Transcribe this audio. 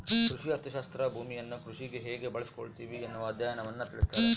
ಕೃಷಿ ಅರ್ಥಶಾಸ್ತ್ರ ಭೂಮಿಯನ್ನು ಕೃಷಿಗೆ ಹೇಗೆ ಬಳಸಿಕೊಳ್ಳುತ್ತಿವಿ ಎನ್ನುವ ಅಧ್ಯಯನವನ್ನು ತಿಳಿಸ್ತಾದ